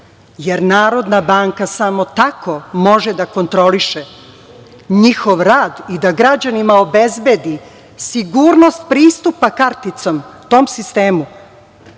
jer Narodna banka samo tako može da kontroliše njihov rad i da građanima obezbedi sigurnost pristupa karticom tom sistemu,